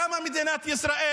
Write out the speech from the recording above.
קמה מדינת ישראל,